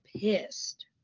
pissed